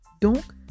Donc